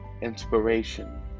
inspiration